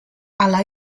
della